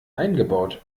eingebaut